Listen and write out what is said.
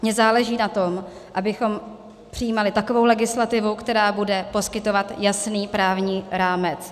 Mně záleží na tom, abychom přijímali takovou legislativu, která bude poskytovat jasný právní rámec.